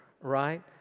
right